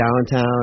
downtown